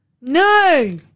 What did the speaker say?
No